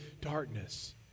darkness